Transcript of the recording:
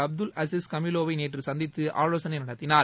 அப்துல் அசிஸ் கமிலோவை நேற்று சந்தித்து ஆவோசனை நடத்தினார்